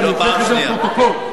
ונוכיח את זה בפרוטוקול.